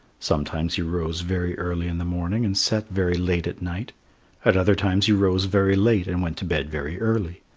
sometimes he rose very early in the morning and set very late at night at other times he rose very late and went to bed very early.